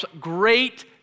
great